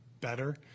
better